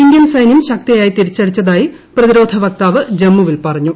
Indian സൈന്യം ശക്തിയായി തിരിച്ചടിച്ചതായി പ്രതിരോധ വക്താവ് ജമ്മുവിൽ പറഞ്ഞു